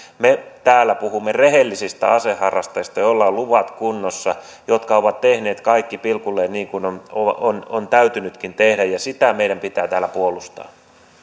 me täällä puhumme rehellisistä aseharrastajista joilla on luvat kunnossa jotka ovat tehneet kaikki pilkulleen niin kuin on on täytynytkin tehdä ja sitä meidän pitää täällä puolustaa